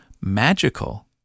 magical